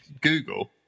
Google